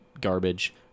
garbage